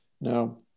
Now